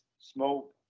smoke